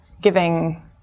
giving